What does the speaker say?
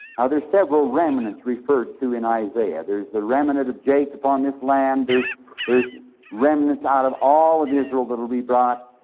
ah there are several remnants referred to in isaiah. there is the remnant of jacob upon this land, there's there's remnants out of all of israel that will be brought,